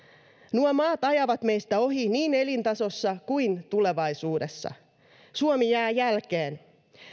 nuo maat ajavat meistä ohi niin elintasossa kuin tulevaisuudessa suomi jää jälkeen